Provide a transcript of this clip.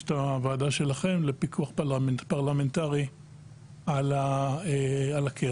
את הוועדה שלכם לפיקוח פרלמנטרי על הקרן.